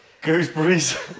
gooseberries